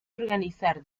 organizar